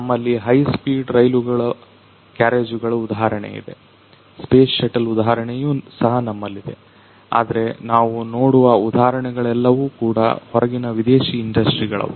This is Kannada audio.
ನಮ್ಮಲ್ಲಿ ಹೈ ಸ್ಪೀಡ್ ರೈಲುಗಳ ಕ್ಯಾರೇಜುಗಳ ಉಧಾಹರಣೆಯಿದೆ ಸ್ಪೇಸ್ ಶಟಲ್ ಉಧಾಹರಣೆಯೂ ಸಹ ನಮ್ಮಲ್ಲಿದೆ ಆದ್ರೆ ನಾವು ನೋಡುವ ಉಧಾಹರಣೆಗಳೆಲ್ಲವೂ ಕೂಡ ಹೊರಗಿನ ವಿದೇಶಿ ಇಂಡಸ್ಟ್ರಿಗಳವು